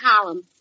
column